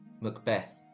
Macbeth